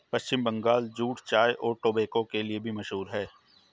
पश्चिम Bangal jute चाय और tobacco के लिए भी मशहूर है